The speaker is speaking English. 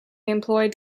employed